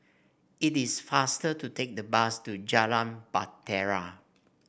it is faster to take the bus to Jalan Bahtera